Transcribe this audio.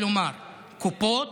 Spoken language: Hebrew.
כלומר קופות,